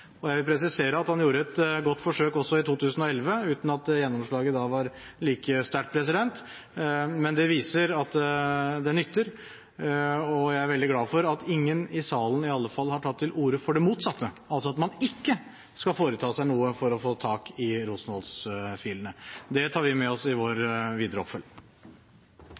nytt. Jeg vil presisere at han gjorde et godt forsøk også i 2011, uten at gjennomslaget da var like sterkt, men det viser at det nytter. Jeg er også veldig glad for at ingen i salen i alle fall har tatt til orde for det motsatte, altså at man ikke skal foreta seg noe for å få tak i Rosenholz-filene, og det tar vi med oss i vår videre oppfølging.